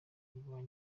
kurwanya